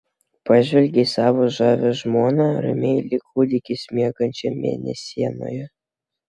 pažvelgė į savo žavią žmoną ramiai lyg kūdikis miegančią mėnesienoje